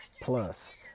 plus